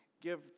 give